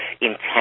intense